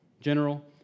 general